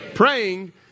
Praying